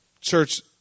Church